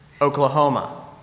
Oklahoma